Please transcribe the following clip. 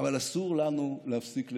אבל אסור לנו להפסיק לנסות.